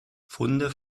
funde